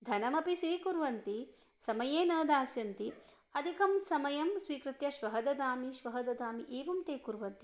धनमपि स्वीकुर्वन्ति समये न दास्यन्ति अधिकं समयं स्वीकृत्य श्वः ददामि श्वः ददामि एवं ते कुर्वन्ति